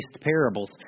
parables